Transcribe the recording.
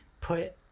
put